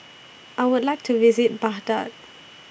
I Would like to visit Baghdad